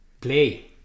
play